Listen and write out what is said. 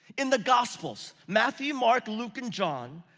in the gospels, matthew, mark, luke, and john,